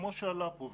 כמו שעלה פה.